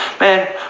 Man